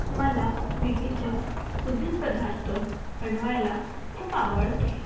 मला विविध कुझीन पदार्थ बनवायला खूप आवडते